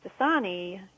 Dasani